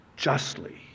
Justly